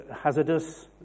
hazardous